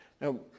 Now